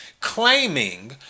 claiming